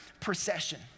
procession